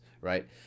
right